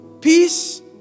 Peace